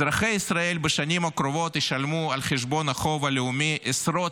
אזרחי ישראל בשנים הקרובות ישלמו על חשבון החוב הלאומי עשרות